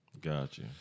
Gotcha